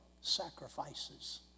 sacrifices